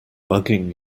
bugging